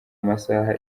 masaha